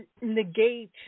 negate